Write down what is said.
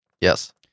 Yes